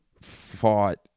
fought